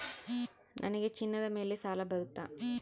ನನಗೆ ಚಿನ್ನದ ಮೇಲೆ ಸಾಲ ಬರುತ್ತಾ?